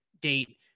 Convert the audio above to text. date